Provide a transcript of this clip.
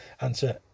answer